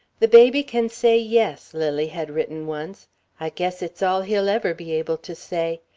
the baby can say yes, lily had written once i guess it's all he'll ever be able to say.